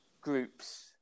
groups